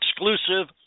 exclusive